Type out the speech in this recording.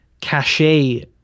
cachet